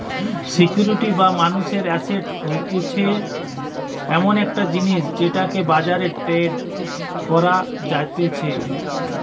security বা মানুষের asset হতিছে এমন একটা জিনিস যেটাকে বাজারে ট্রেড করা যাতিছে